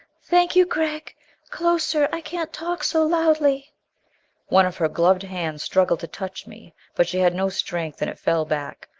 thank you gregg closer i can't talk so loudly one of her gloved hands struggled to touch me, but she had no strength and it fell back.